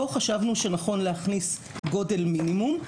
כאן חשבנו שנכון להכניס גודל מינימום,